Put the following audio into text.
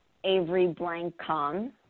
averyblank.com